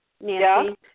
Nancy